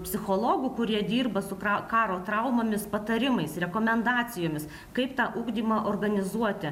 psichologų kurie dirba su karo traumomis patarimais rekomendacijomis kaip tą ugdymą organizuoti